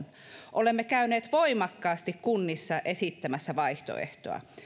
olemme käyneet voimakkaasti kunnissa esittämässä vaihtoehtoa